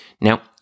now